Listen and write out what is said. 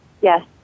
Yes